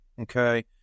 okay